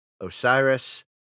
Osiris